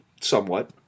Somewhat